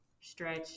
stretch